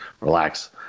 relax